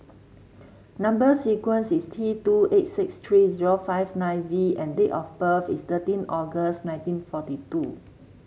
number sequence is T two eight six three zero five nine V and date of birth is thirteen August nineteen forty two